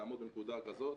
תעמוד בנקודה הזאת',